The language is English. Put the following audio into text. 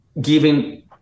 giving